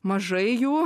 mažai jų